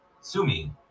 Sumi